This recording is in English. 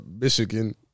Michigan